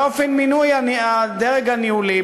באופן מינוי הדרג הניהולי,